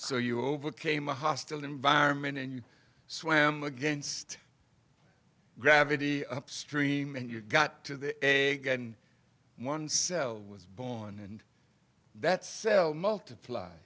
so you overcame a hostile environment and you swam against gravity upstream and you got to the egg and one cell was born and that cell multipl